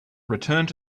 returned